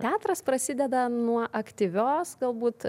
teatras prasideda nuo aktyvios galbūt